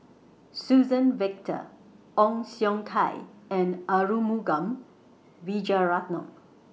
Suzann Victor Ong Siong Kai and Arumugam Vijiaratnam